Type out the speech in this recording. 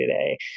today